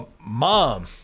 Mom